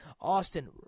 Austin